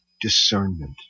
discernment